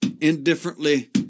indifferently